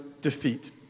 defeat